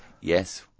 Yes